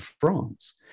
France